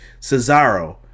cesaro